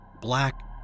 black